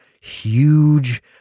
huge